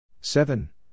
seven